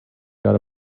got